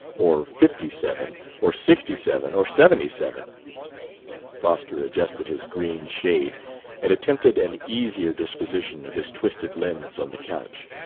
or fifty-seven, or sixty-seven, or seventy-seven. foster adjusted his green shade and attempted an easier disposition of his twisted limbs on the couch.